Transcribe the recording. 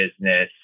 business